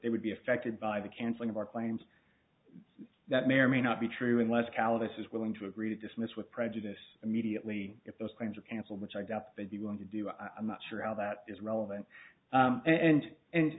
it would be affected by the canceling of our claims that may or may not be true unless kallis is willing to agree to dismiss with prejudice immediately if those claims are cancelled which i doubt they'd be willing to do i'm not sure how that is relevant and and